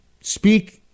speak